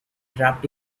dropped